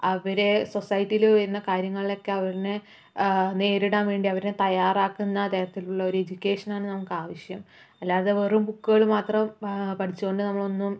അവര് സൊസൈറ്റിയിൽ വരുന്ന കാര്യങ്ങളൊക്കെ അവരിനെ നേരിടാൻ വേണ്ടി അവരിനെ തയ്യാറാക്കുന്ന തരത്തിലുള്ള ഒരു എഡ്യൂക്കേഷൻ ആണ് നമക്ക് ആവിശ്യം അല്ലാതെ വെറും ബുക്കുകൾ മാത്രം പഠിച്ചോണ്ട് നമ്മൾ ഒന്നും